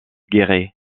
guéret